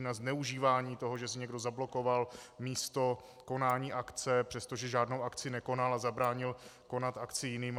Na zneužívání toho, že si někdo zablokoval místo konání akce, přestože žádnou akci nekonal, a zabránil konat akci jiným.